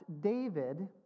David